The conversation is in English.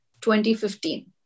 2015